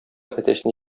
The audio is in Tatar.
әтәчне